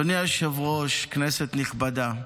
אדוני היושב-ראש, כנסת נכבדה,